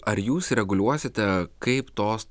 ar jūs reguliuosite kaip tos